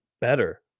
better